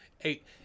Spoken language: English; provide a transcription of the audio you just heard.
eight